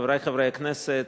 חברי חברי הכנסת,